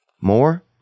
More